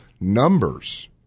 numbers